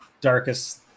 darkest